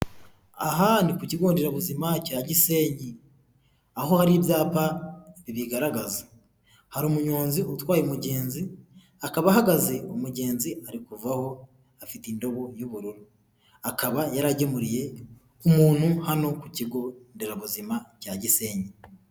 Aha ni ku kigo nderabuzima cya Gisenyi aho hari ibyapa bibigaragaza, hari umunyonzi utwaye umugenzi akaba ahagaze umugenzi ari kuvaho afite indobo y'ubururu, akaba yaragemuriye umuntu hano ku kigo nderabuzima cya Gisenyi.